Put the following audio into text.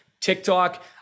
TikTok